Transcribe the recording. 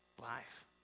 life